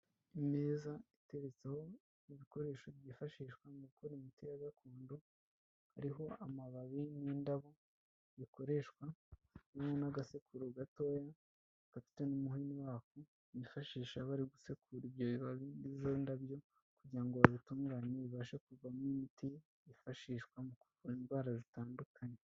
Imeza iteretseho ibikoresho byifashishwa mu gukora imiti ya gakondo, hariho amababi n'indabo bikoreshwa, n'agasekururo gatoya gafite n'umuhini wako bifashisha bari gusekura ibyo bibabi ni zo ndabyo kugira ngo babitunganye bibashe kuvamo imiti yifashishwa mu kuvura indwara zitandukanye.